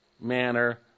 manner